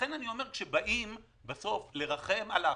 לכן אני אומר: כשבאים לרחם על האכזרים,